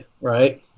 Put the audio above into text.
right